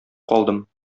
калдым